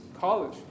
College